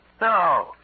No